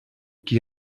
qui